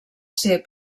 ser